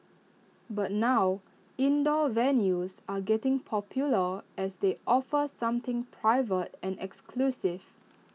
but now indoor venues are getting popular as they offer something private and exclusive